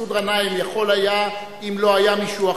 מסעוד גנאים יכול היה אם לא היה מישהו אחר,